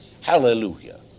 Hallelujah